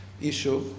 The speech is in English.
issue